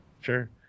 Sure